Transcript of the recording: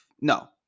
No